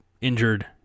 injured